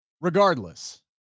Regardless